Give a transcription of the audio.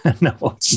No